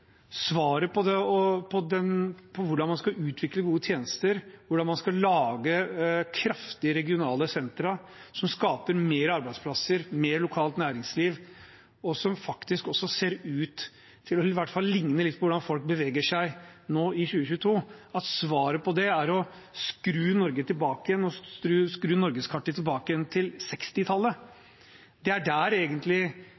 svaret på hvordan man skal utvikle gode tjenester, hvordan man skal lage kraftige regionale sentra som skaper mer arbeidsplasser, mer lokalt næringsliv, og som faktisk også ligner litt på hvordan folk beveger seg nå i 2022, er å skru Norge tilbake igjen, og skru norgeskartet tilbake igjen til